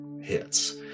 hits